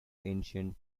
ancient